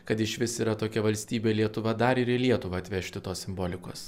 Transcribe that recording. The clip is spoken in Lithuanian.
kad išvis yra tokia valstybė lietuva dar ir į lietuvą atvežti tos simbolikos